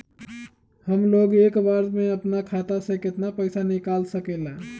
हमलोग एक बार में अपना खाता से केतना पैसा निकाल सकेला?